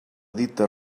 dita